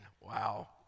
wow